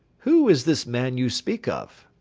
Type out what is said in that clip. who is this man you speak of?